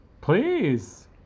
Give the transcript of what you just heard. Please